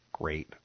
great